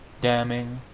damning,